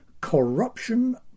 Corruption